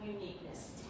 uniqueness